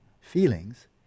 feelings